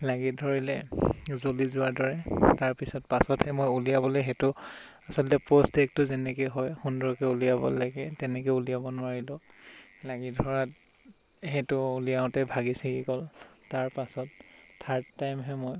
লাগি ধৰিলে জ্ৱলি যোৱাৰ দৰে তাৰপাছত পাছতহে মই উলিয়াবলৈ সেইটো আচলতে প'চ্ছ্ড এগটো যেনেদৰে হয় সুন্দৰকৈ উলিয়াব লাগে তেনেকৈ উলিয়াব নোৱাৰিলোঁ লাগি ধৰাত সেইটো উলিয়াওঁতে ভাগি ছিগি গ'ল তাৰ পাছত থাৰ্ড টাইমহে মই